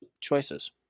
choices